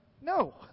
no